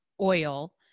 oil